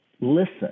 listen